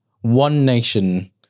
one-nation